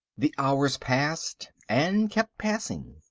the hours passed, and kept passing.